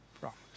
promise